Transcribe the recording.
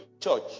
church